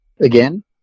Again